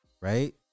Right